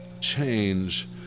change